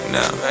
now